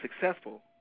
successful